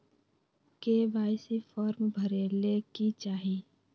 KYC form भरे ले कि चाही?